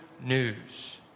news